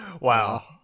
Wow